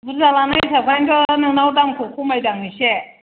बुरजा लानाय हिसाबखायनोथ' नोंनाव दामखौ खमायदां इसे